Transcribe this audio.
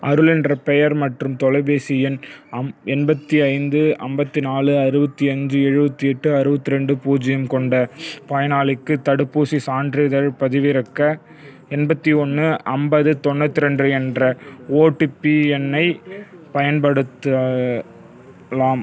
அருள் என்ற பெயர் மற்றும் தொலைபேசி எண் எண்பத்தி ஐந்து ஐம்பத்தி நாலு அறுபத்தி அஞ்சு எழுபத்தி எட்டு அறுபத்தி ரெண்டு பூஜ்ஜியம் கொண்ட பயனாளிக்கு தடுப்பூசிச் சான்றிதழ் பதிவிறக்க எண்பத்தி ஒன்று ஐம்பது தொண்ணூற்றி ரெண்டு என்ற ஓடிபி எண்ணை பயன்படுத்த லாம்